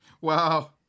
Wow